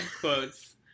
quotes